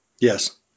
Yes